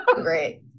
Great